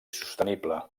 sostenible